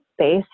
space